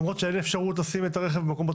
למרות שאין אפשרות לשים את הרכב במקומות